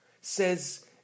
says